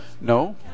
No